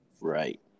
Right